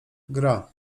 gra